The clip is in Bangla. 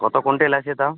কতো কুইন্টেল আছে তাও